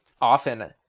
often